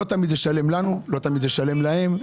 לא תמיד זה שלם לנו ולא תמיד זה שלם להם,